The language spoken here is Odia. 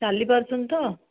ଚାଲି ପାରୁଛନ୍ତି ତ